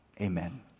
amen